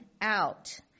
out